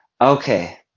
okay